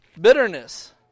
bitterness